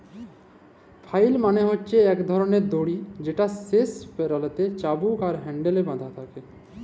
flail মালে হছে ইক ধরলের দড়ি যেটর শেষ প্যারালতে চাবুক আর হ্যাল্ডেল বাঁধা থ্যাকে